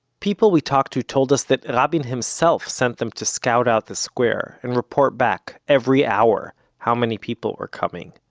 people we talked to told us that rabin himself sent them to scout out the square, and report back every hour how many people were coming.